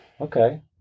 Okay